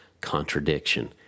contradiction